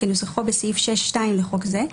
כנוסחו בסעיף 6(2) לחוק זה,